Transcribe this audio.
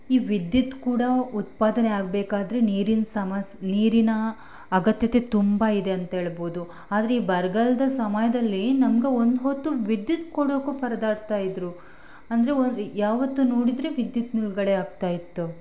ಈ ವಿದ್ಯುತ್ ಕೂಡ ಉತ್ಪಾದನೆ ಆಗಬೇಕಾದ್ರೆ ನೀರಿನ ಸಮಸ್ಯೆ ನೀರಿನ ಅಗತ್ಯತೆ ತುಂಬ ಇದೆ ಅಂತೇಳ್ಬೋದು ಆದರೆ ಈ ಬರಗಾಲ್ದ ಸಮಯದಲ್ಲಿ ನಮ್ಗೆ ಒಂದು ಹೊತ್ತು ವಿದ್ಯುತ್ ಕೊಡೋಕ್ಕೂ ಪರದಾಡ್ತಾ ಇದ್ದರು ಅಂದರೆ ಯಾವತ್ತೂ ನೋಡಿದರೆ ವಿದ್ಯುತ್ ನಿಲುಗಡೆ ಆಗ್ತಾ ಇತ್ತು